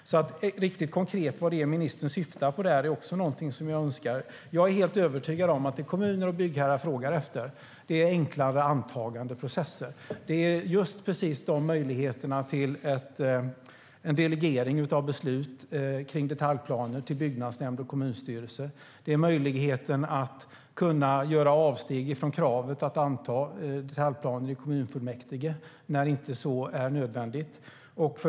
Jag önskar att få veta mer om vad ministern syftar på. Jag är övertygad om att det kommuner och byggherrar frågar efter är enklare antagandeprocesser. Det handlar om möjligheten till delegering av beslut om detaljplaner till byggnadsnämnd och kommunstyrelse. Det handlar om möjligheten att göra avsteg från kravet att anta detaljplaner i kommunfullmäktige när så inte är nödvändigt.